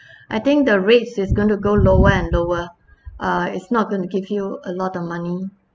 I think the rates is going to go lower and lower uh is not going to give you a lot of money